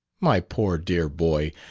my poor, dear boy!